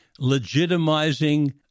legitimizing